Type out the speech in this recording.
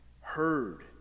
heard